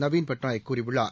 நவீன்பட்நாயக்கூறியுள்ளார்